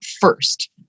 First